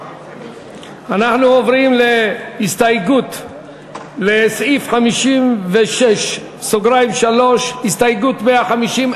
אנחנו עוברים להסתייגות לסעיף 56(3). הסתייגות 150,